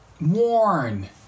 warn